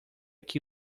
que